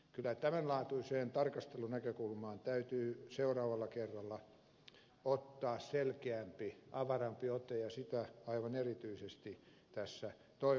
kyllä tämän laatuiseen tarkastelunäkökulmaan täytyy seuraavalla kerralla ottaa selkeämpi avarampi ote ja sitä aivan erityisesti tässä toivoisinkin